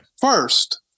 First